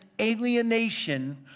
alienation